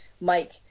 Mike